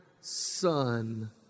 son